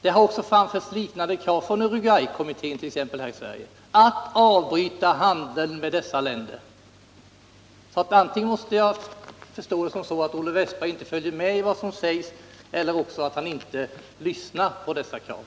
Det har också framförts liknande krav från Uruguaykommittén t.ex. här i Sverige, att vi skall avbryta handeln med dessa länder. Mot denna bakgrund måste jag förstå saken så, att Olle Wästberg i Stockholm antingen inte följer med vad som sägs eller också inte lyssnar på dessa krav.